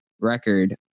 record